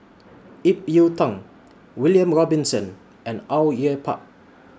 Ip Yiu Tung William Robinson and Au Yue Pak